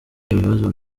ibibazo